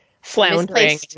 floundering